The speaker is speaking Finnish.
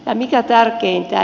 ja mikä tärkeintä